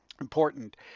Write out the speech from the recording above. important